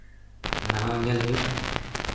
ᱚᱱᱟ ᱦᱚᱸ ᱧᱮᱞ ᱦᱩᱭᱩᱜᱼᱟ